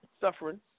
suffering